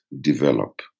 develop